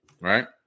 Right